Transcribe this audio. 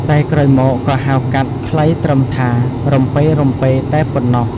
តែក្រោយមកក៏ហៅកាត់ ខ្លីត្រឹមថា រំពេៗ តែប៉ុណ្ណោះ ។